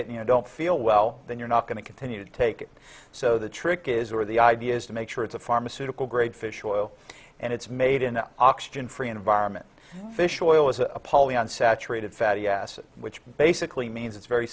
you don't feel well then you're not going to continue to take it so the trick is or the idea is to make sure it's a pharmaceutical grade fish oil and it's made in an oxygen free environment fish oil is a polyunsaturated fatty acid which basically means it's very